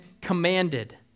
commanded